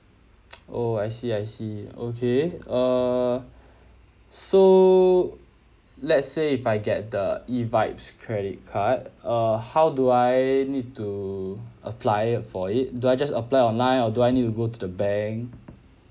oh I see I see okay err so let's say if I get the eVibes credit card uh how do I need to apply it for it do I just apply online or do I need to go to the bank